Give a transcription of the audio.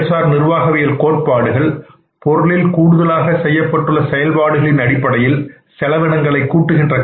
செயல்சார் நிர்வாகவியல் கோட்பாடுகள் பொருளில் கூடுதலாக செய்யப்பட்டுள்ள செயல்பாடுகளின் அடிப்படையில் செலவினங்களை கூட்டுகின்றன